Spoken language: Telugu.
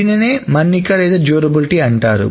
దీనినే మన్నిక అంటారు